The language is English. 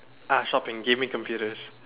ah shopping gaming computers